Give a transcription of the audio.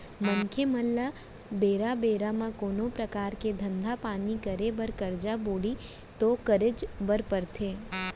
मनसे मन ल बेरा बेरा म कोनो परकार के धंधा पानी करे बर करजा बोड़ी तो करेच बर परथे